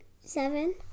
Seven